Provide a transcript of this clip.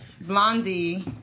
Blondie